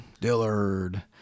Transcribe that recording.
Dillard